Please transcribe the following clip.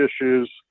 issues